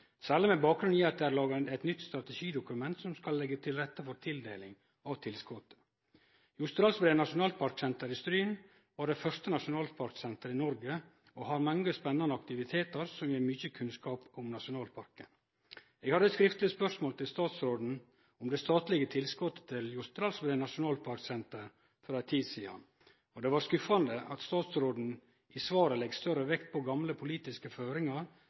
særleg med bakgrunn i at det er laga eit nytt strategidokument som skal leggje til rette for tildeling av tilskot. Jostedalsbreen Nasjonalparksenter i Stryn var det første nasjonalparksenteret i Noreg og har mange spennande aktivitetar som gjev mykje kunnskap om nasjonalparken. Eg hadde eit skriftleg spørsmål til statsråden om det statlege tilskotet til Jostedalsbreen Nasjonalparksenter for ei tid sidan, og det var skuffande at statsråden i svaret legg større vekt på gamle politiske føringar